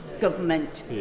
government